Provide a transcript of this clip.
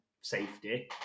safety